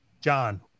John